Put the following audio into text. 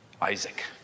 Isaac